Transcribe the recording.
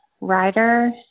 writer